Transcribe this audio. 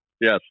Yes